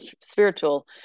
spiritual